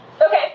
okay